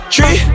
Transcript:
Tree